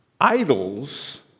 idols